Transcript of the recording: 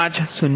5 0